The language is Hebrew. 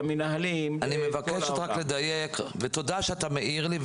תודה שאתה מעיר לי.